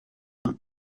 vingt